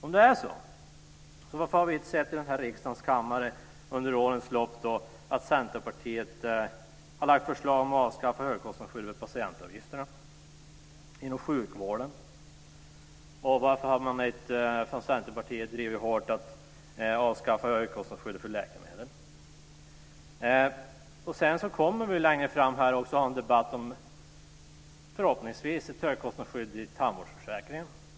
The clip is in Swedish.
Om det är så - varför har vi då inte i den här riksdagens kammare under årens lopp sett Centerpartiet lägga fram förslag om att avskaffa högkostnadsskyddet i patientavgifterna inom sjukvården? Och varför har inte Centerpartiet hårt drivit att avskaffa högkostnadsskyddet för läkemedel? Längre fram här kommer vi förhoppningsvis att ha en debatt om ett högkostnadsskydd i tandvårdsförsäkringen.